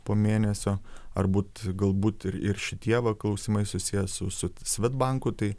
po mėnesio ar būt gal būt ir ir šitie va klausimai susiję su su svedbanku tai